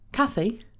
Kathy